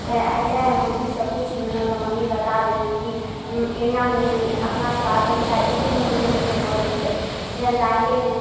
तै एहि लऽ मम्मीसँ पूछि लेलहुँ तऽ मम्मी बता देलनि कि एना अपना स्वाद अनुसार एते नून देबे तऽ भऽ जेतै जेना दालिएमे